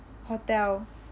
hotel